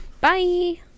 Bye